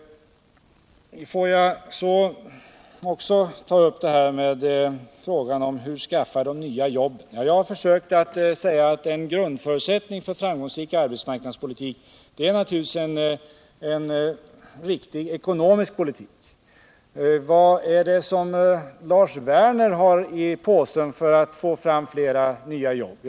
Får jag också ta upp frågan om hur man skall skaffa nya jobb. Jag har försökt säga att en grundförutsättning för en framgångsrik arbetsmarknadspolitik naturligtvis är en riktig ekonomisk politik. Vad har Cars Werner i påsen för att få fram fler nya jobb?